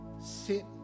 sit